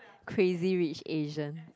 Crazy-Rich-Asian